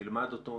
נלמד אותו,